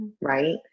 Right